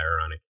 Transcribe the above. ironic